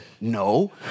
No